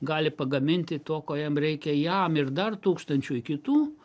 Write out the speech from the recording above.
gali pagaminti to ko jam reikia jam ir dar tūkstančiui kitų